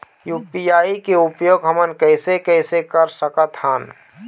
UPI के उपयोग हमन कैसे कैसे कर सकत हन?